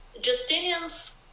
Justinian's